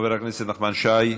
חבר הכנסת נחמן שי,